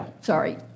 Sorry